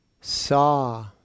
Saw